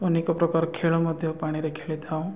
ଅନେକ ପ୍ରକାର ଖେଳ ମଧ୍ୟ ପାଣିରେ ଖେଳିଥାଉ